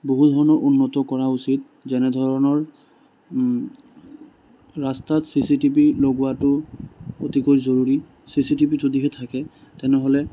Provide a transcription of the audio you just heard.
বহু উন্নত কৰা উচিত যেনে ধৰণৰ ৰাস্তাত চিচিটিভি লগোৱাটো অতিকৈ জৰুৰী চিচিটিভি যদিহে থাকে তেনেহ'লে